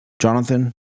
Jonathan